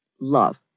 Love